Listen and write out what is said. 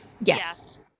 Yes